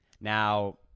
Now